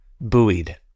buoyed